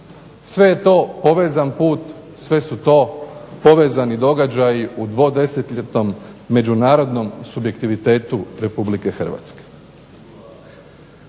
Sve je to povezan put, sve su to povezani događaji u dvodesetljetnom međunarodnom subjektivitetu Republike Hrvatske.